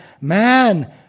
Man